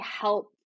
help